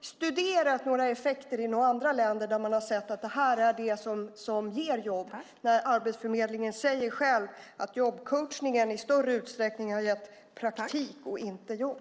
studerat några effekter i några andra länder där man har sett att detta är det som ger jobb? Arbetsförmedlingen själv säger att jobbcoachningen i större utsträckning har gett praktik och inte jobb.